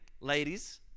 ladies